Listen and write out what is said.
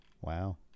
Wow